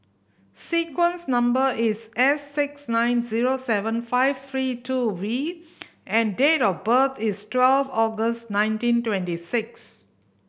sequence number is S six nine zero seven five three two V and date of birth is twelve August nineteen twenty six